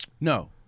No